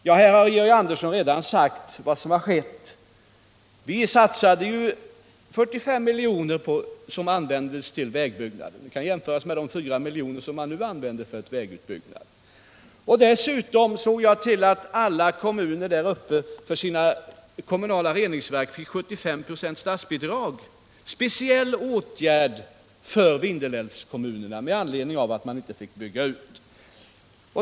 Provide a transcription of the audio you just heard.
Ja, Georg Andersson har här redogjort för vad som har gjorts. Vi satsade 45 milj.kr., som användes till vägbyggnader. Det beloppet kan jämföras med de 4 miljoner som man nu använder till vägutbyggnad. Vidare såg jag till att alla kommuner där uppe till sina kommunala reningsverk fick 75 96 i statsbidrag, vilket var en speciell åtgärd för Vindelälvskommunerna med anledning av att de inte fick bygga ut.